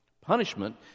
Punishment